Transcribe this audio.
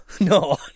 No